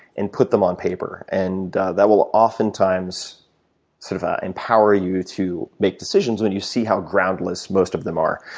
and put them on paper. and that will oftentimes sort of empower you to make decisions when you see how groundless most of them are.